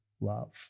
love